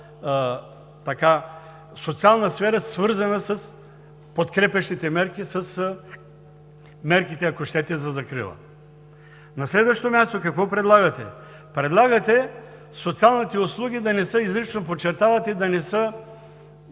социална сфера, свързана с подкрепящите мерки, с мерките, ако щете, за закрила. На следващо място, какво предлагате? Предлагате социалните услуги, изрично подчертавате, да не са